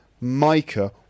mica